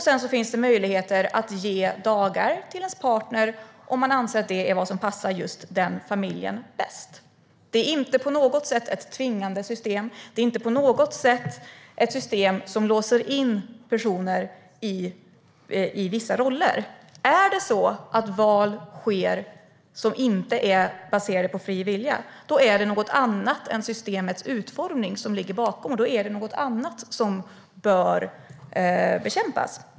Sedan finns det möjlighet att ge dagar till sin partner om man anser att det är vad som passar just den egna familjen bäst. Det är inte på något sätt ett tvingande system. Det är inte på något sätt ett system som låser in personer i vissa roller. Om det är så att val sker som inte är baserade på fri vilja är det något annat än systemets utformning som ligger bakom. Då är det något annat som bör bekämpas.